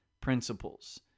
principles